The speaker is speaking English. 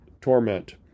torment